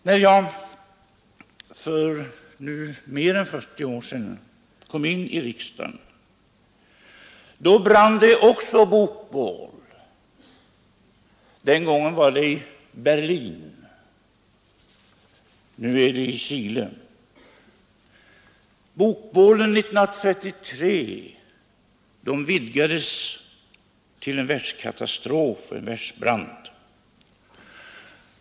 När jag för nu mer än 40 år sedan kom in i riksdagen brann det också bokbål. Den gången var det i Berlin; nu är det i Chile. Bokbålen 1933 vidgades till en världskatastrof och en världsbrand.